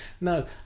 no